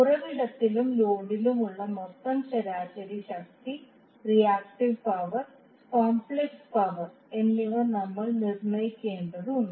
ഉറവിടത്തിലും ലോഡിലുമുള്ള മൊത്തം ശരാശരി ശക്തി റിയാക്ടീവ് പവർ കോംപ്ലക്സ് പവർ എന്നിവ നമ്മൾ നിർണ്ണയിക്കേണ്ടതുണ്ട്